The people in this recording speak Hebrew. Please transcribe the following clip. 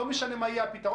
לא משנה מה יהיה הפתרון,